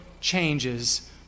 changes